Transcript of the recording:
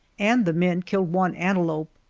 and the men killed one antelope.